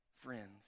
friends